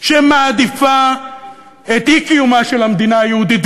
שמעדיפה את אי-קיומה של המדינה היהודית.